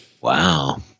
Wow